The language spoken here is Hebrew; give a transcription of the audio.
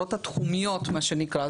ההכשרות התחומיות, מה שנקרא.